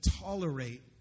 tolerate